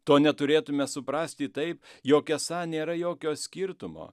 to neturėtume suprasti tai jog esą nėra jokio skirtumo